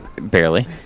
Barely